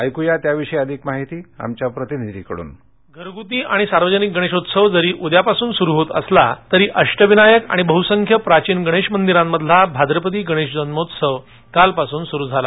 ऐकूया याविषयी अधिक माहिती आमच्या प्रतिनिधीकडून घरगुती आणि सार्वजनिक गणेशोत्सव जरी उद्यापासून सुरू होत असला तरी अश्टविनायक आणि बहुसंख्य प्राचीन गणेष मंदिरातला भाद्रपदी गणेष जन्मोत्सव कालपासून सुरू झाला